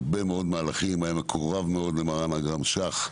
הוא היה מקורב מאוד למרן הגרא"מ שך,